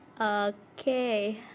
Okay